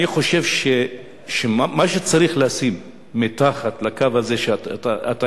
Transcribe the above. אני חושב שמה שצריך לשים מתחת לקו הזה שאתה